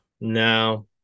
no